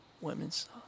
Women's